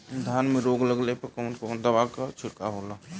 धान में रोग लगले पर कवन कवन दवा के छिड़काव होला?